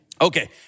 Okay